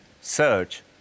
Search